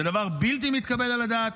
זה דבר בלתי מתקבל על הדעת,